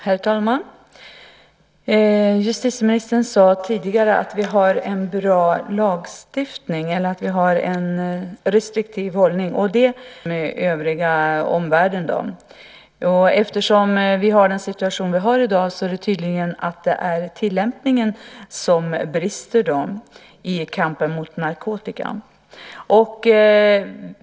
Herr talman! Justitieministern sade tidigare att vi har en restriktiv hållning. Det kan jag väl hålla med om att vi har i jämförelse med omvärlden. Eftersom vi har den situation vi har i dag är det tydligen tillämpningen som brister i kampen mot narkotika.